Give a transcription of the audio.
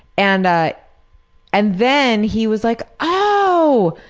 and ah and then he was like oh,